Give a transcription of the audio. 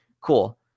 cool